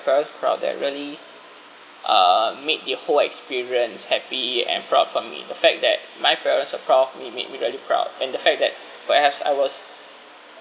parents proud that really uh make the whole experience happy and proud for me the fact that my parents are proud of me made me really proud and the fact that perhaps I was